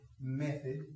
method